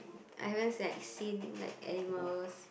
I haven't like seen like animals